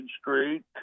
Street